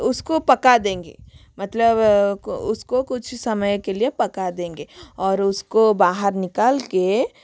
उसको पका देंगे मतलब उसको कुछ समय के लिए पका देंगे और उसको बाहर निकाल के